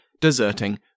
deserting